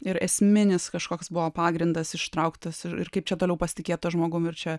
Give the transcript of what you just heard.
ir esminis kažkoks buvo pagrindas ištrauktas ir ir kaip čia toliau pasitikėt tuo žmogum ir čia